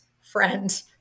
friend